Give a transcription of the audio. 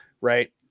Right